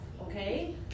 Okay